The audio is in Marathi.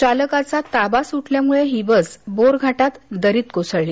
चालकाचा ताबा सुटल्यामुळे ही बस बोरघाटात दरीत कोसळली